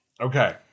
Okay